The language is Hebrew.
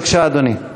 בבקשה, אדוני.